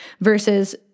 versus